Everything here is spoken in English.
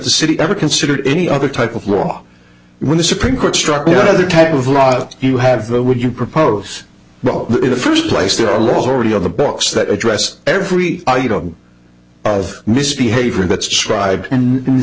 the city ever considered any other type of law when the supreme court struck down the type of lot you have what would you propose in the first place there are laws already on the books that address every item of misbehavior that's tried and in the